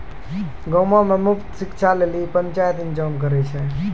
गांवो मे मुफ्त शिक्षा लेली पंचायत इंतजाम करै छै